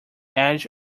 edge